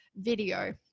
video